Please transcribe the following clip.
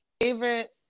Favorite